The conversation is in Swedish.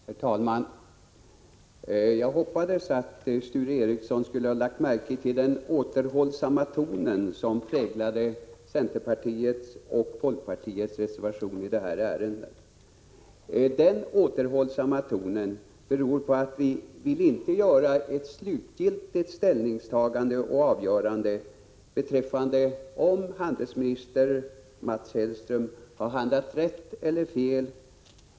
Herr talman! Jag hoppades att Sture Ericson skulle ha lagt märke till den återhållsamma ton som präglade centerpartiets och folkpartiets reservation i detta ärende. Denna återhållsamma ton beror på att vi inte vill göra ett slutgiltigt ställningstagande i frågan huruvida handelsminister Mats Hellström har handlat rätt eller fel.